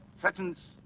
threatens